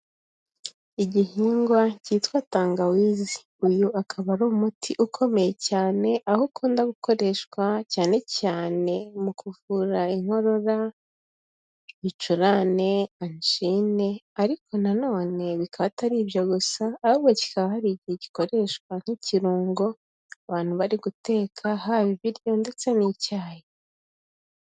Igihingwa kitwa Tangawizi. Uyu akaba ari umuti ukomeye cyane, aho ukunda gukoreshwa cyane cyane mu kuvura inkorora, ibicurane, angine ariko nanone bikaba atari ibyo gusa ahubwo kikaba hari igihe gikoreshwa nk'ikirungo, abantu bari guteka, haba ibiryo ndetse n'icyayi.